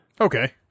Okay